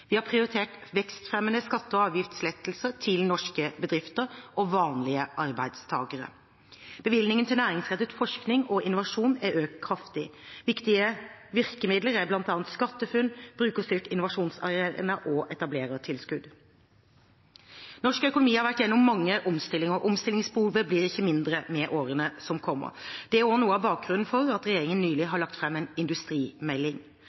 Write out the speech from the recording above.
Vi har prioritert vekstfremmende skatte- og avgiftslettelser til norske bedrifter og vanlige arbeidstakere. Bevilgningene til næringsrettet forskning og innovasjon er økt kraftig. Viktige virkemidler er bl.a. SkatteFUNN, Brukerstyrt innovasjonsarena og Etablerertilskudd. Norsk økonomi har vært gjennom mange omstillinger. Omstillingsbehovet blir ikke mindre i årene som kommer. Det er også noe av bakgrunnen for at regjeringen nylig